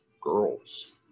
girls